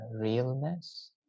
realness